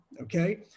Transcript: Okay